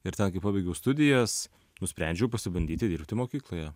ir ten kai pabaigiau studijas nusprendžiau pasibandyti dirbti mokykloje